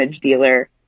dealer